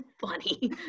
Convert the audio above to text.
funny